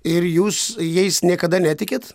ir jūs jais niekada netikit